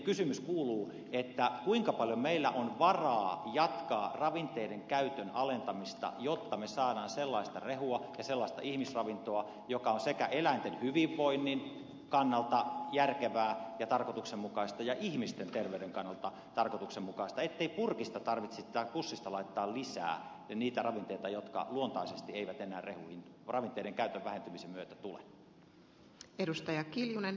kysymys kuuluu kuinka paljon meillä on varaa jatkaa ravinteiden käytön alentamista jotta me saamme sellaista rehua ja sellaista ihmisravintoa joka on sekä eläinten hyvinvoinnin kannalta järkevää ja tarkoituksenmukaista että ihmisten terveyden kannalta tarkoituksenmukaista ettei purkista tai pussista tarvitsisi laittaa lisää niitä ravinteita jotka luontaisesti eivät enää rehuihin ravinteiden käytön vähentymisen myötä tule